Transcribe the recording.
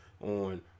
on